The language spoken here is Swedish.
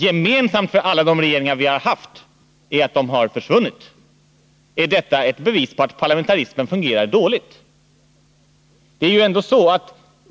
Gemensamt för alla de regeringar som vi har haft är att de har försvunnit. Är detta ett bevis för att parlamentarismen fungerar dåligt?